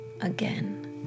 again